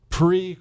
pre